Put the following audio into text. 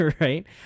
right